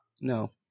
No